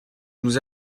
nous